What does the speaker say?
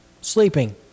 Sleeping